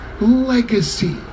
legacy